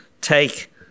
take